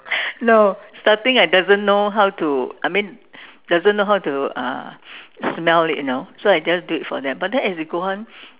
no starting I doesn't know how to I mean doesn't know how to uh smell it you know so I just do it for them but then as it go on